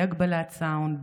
בלי הגבלת סאונד,